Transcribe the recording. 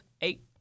eight